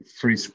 Free